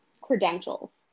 credentials